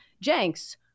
Jenks